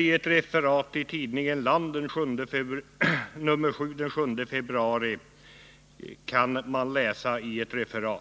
I ett referat i tidningen Land nr 7 den 15 februari kan man läsa följande: